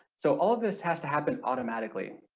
so all of this has to happen automatically,